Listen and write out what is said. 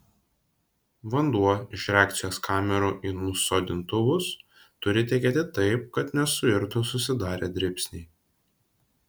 vanduo iš reakcijos kamerų į nusodintuvus turi tekėti taip kad nesuirtų susidarę dribsniai